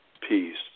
peace